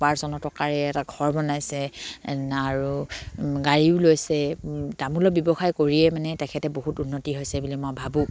উপাৰ্জনৰ টকাৰে এটা ঘৰ বনাইছে আৰু গাড়ীও লৈছে তামোলৰ ব্যৱসায় কৰিয়ে মানে তেখেতে বহুত উন্নতি হৈছে বুলি মই ভাবোঁ